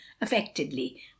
affectedly